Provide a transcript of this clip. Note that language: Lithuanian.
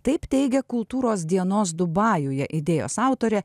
taip teigia kultūros dienos dubajuje idėjos autorė